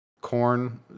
corn